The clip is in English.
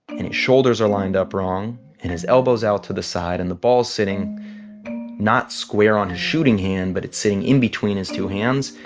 and his shoulders are lined up wrong. and his elbow's out to the side. and the ball's sitting not square on his shooting hand, but it's sitting in between his two hands.